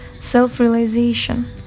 self-realization